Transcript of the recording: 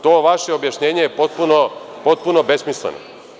To vaše objašnjenje je potpuno besmisleno.